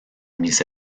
mis